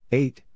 eight